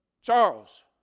Charles